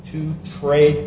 to trade